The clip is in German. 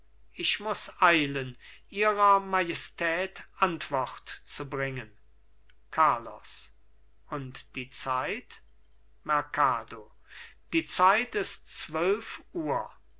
ich muß eilen ihrer majestät antwort zu bringen carlos und die zeit merkado die zeit ist zwölf uhr